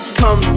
come